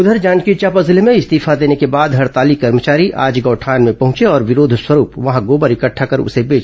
उधर जांजगीर चांपा जिले में इस्तीफा देने के बाद हड़ताली कर्मचारी आज गौठानों में पहुंचे और विरोध स्वरूप वहां गोबर इकट्ठा कर उसे बेचने की कोशिश की